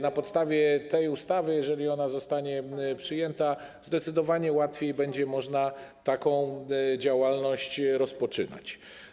Na podstawie tej ustawy, jeżeli ona zostanie przyjęta, zdecydowanie łatwiej będzie można taką działalność rozpoczynać.